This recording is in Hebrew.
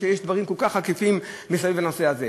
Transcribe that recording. כשיש דברים כל כך עקיפים מסביב לנושא הזה.